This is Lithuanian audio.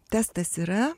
testas yra